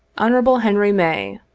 hon. henry may,